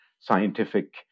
scientific